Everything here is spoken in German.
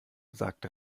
sagt